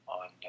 on